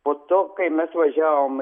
po to kai mes važiavom